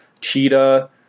Cheetah